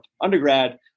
undergrad